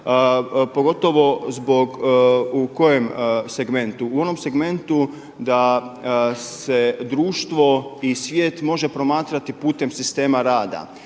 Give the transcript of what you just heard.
pogotovo zbog, u kojem segmentu. U onom segmentu da se društvo i svijet može promatrati putem sistema rada.